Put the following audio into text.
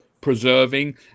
preserving